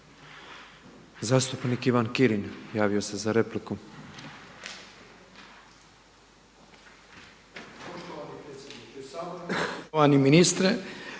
Zastupnik Ivan Kirin javio se za repliku.